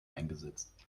eingesetzt